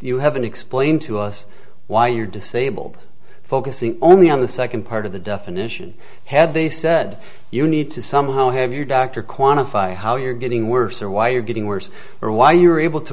you haven't explained to us why you're disabled focusing only on the second part of the definition had they said you need to somehow have your doctor quantify how you're getting worse or why you're getting worse or why you were able to